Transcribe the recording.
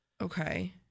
Okay